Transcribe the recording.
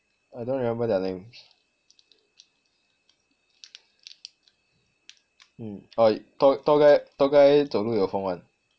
I don't remember their name mm tal~ tall guy tall guy 走路有风 [one]